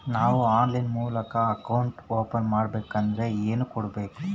ನಾವು ಆನ್ಲೈನ್ ಮೂಲಕ account open ಮಾಡಬೇಂಕದ್ರ ಏನು ಕೊಡಬೇಕು?